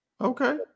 Okay